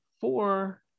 four